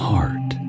Heart